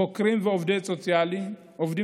חוקרים ועובדים סוציאליים.